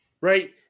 Right